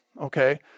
Okay